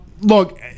Look